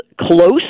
close